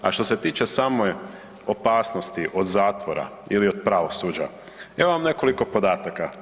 A što se tiče same opasnosti od zatvora ili od pravosuđa, evo vam nekoliko podataka.